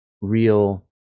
real